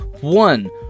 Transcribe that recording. One